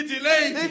delayed